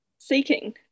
Seeking